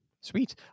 Sweet